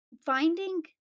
Finding